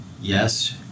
yes